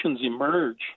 emerge